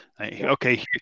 Okay